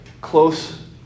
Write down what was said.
close